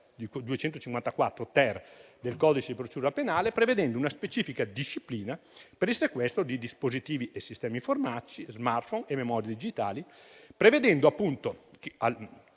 254-*ter* del codice di procedura penale, prevedendo una specifica disciplina per il sequestro di dispositivi e sistemi informatici, *smartphone* e memorie digitali, prevedendo, riguardo